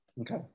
Okay